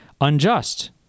unjust